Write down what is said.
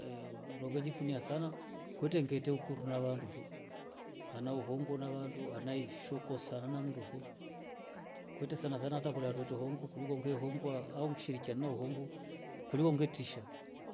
ndo ngejifunia sana kwete ngete ukora na wandu fo hana uongo wandu hana ishokoshana na wandu foo kwete sanasana kuliko ngetehongwa na wandu au nishirikiane na hongo ngetisha.